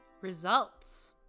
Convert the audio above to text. Results